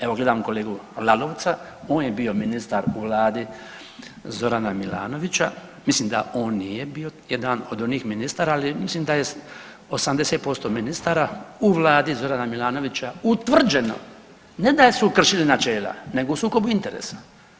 Evo gledam kolegu Lalovca, on je bio ministar u Vladi Zorana Milanovića, mislim da on nije bio jedan od onih ministara, ali mislim da je 80% ministara u Vladi Zorana Milanovića utvrđeno ne da su kršili načela, nego u sukobu interesa.